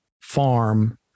farm